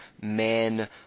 men